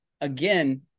again